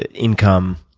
income,